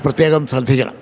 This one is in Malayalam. പ്രത്യേകം ശ്രദ്ധിക്കണം